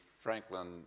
Franklin